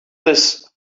this